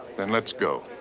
then let's go.